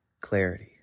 Clarity